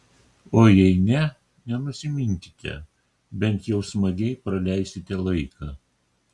o jei ne nenusiminkite bent jau smagiai praleisite laiką